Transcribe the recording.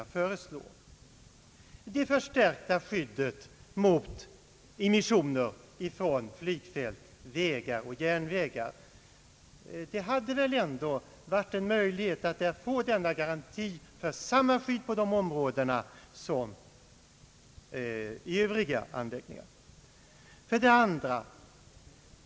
Vårt förslag om förstärkt skydd mot immissioner från flygfält, vägar och järnvägar hade väl ändå inneburit en möjlighet att få en garanti för samma skydd här som gäller för övriga an läggningar.